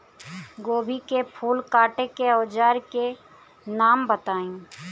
गोभी के फूल काटे के औज़ार के नाम बताई?